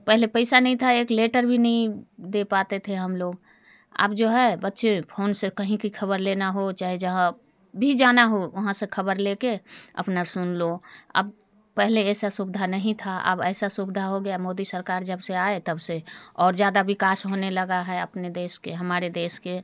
पहले पैसा नहीं था एक लेटर भी नहीं दे पाते थे हम लोग अब जो है बच्चे फोन से कहीं की खबर लेना हो चाहे जहाँ भी जाना हो वहाँ से खबर लेके अपना सुन लो अब पहले ऐसा सुविधा नहीं था अब ऐसा सुविधा हो गया मोदी सरकार जब से आए तब से और ज़्यादा विकास होने लगा है अपने देश के हमारे देश के